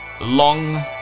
Long